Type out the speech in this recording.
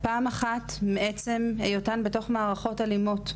פעם אחת מעצם היותן בתוך מערכות אלימות,